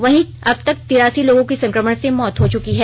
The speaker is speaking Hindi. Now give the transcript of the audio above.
वहीं अब तक तिरासी लोगों की संकमण से मौत हो च्की है